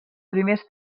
primers